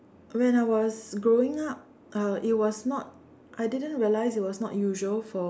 when I was growing up uh it was not I didn't realize is was not usual for